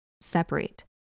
separate